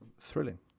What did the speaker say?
Thrilling